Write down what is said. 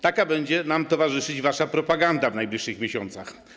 Taka będzie nam towarzyszyć wasza propaganda w najbliższych miesiącach.